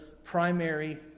Primary